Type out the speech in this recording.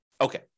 Okay